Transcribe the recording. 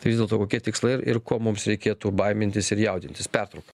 tai vis dėlto kokie tikslai ir ir ko mums reikėtų baimintis ir jaudintis pertrauka